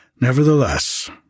Nevertheless